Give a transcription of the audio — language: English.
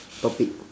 topic